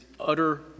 utter